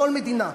כל מדינה,